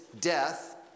death